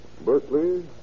Berkeley